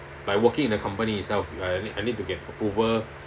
like working in a company itself I I need to get approval